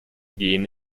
gehen